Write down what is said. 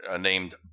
named